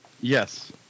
Yes